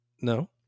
no